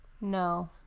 no